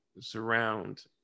surround